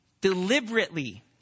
deliberately